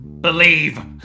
Believe